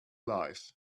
life